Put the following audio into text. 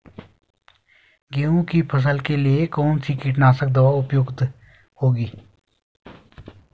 गेहूँ की फसल के लिए कौन सी कीटनाशक दवा उपयुक्त होगी?